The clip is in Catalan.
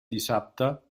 dissabte